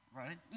right